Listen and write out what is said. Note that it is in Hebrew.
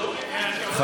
כנסת?